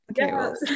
Okay